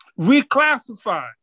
reclassified